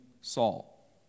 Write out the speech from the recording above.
Saul